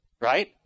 right